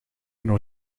nog